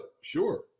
Sure